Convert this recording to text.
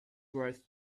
worth